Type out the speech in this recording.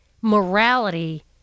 morality